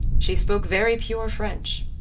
she spoke very pure french.